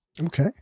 Okay